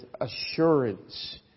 assurance